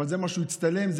אבל זה מה שהוא הצטלם איתו,